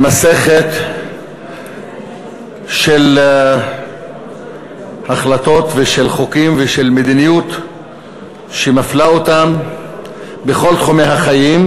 ממסכת של החלטות ושל חוקים ושל מדיניות שמפלה אותם בכל תחומי החיים.